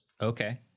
Okay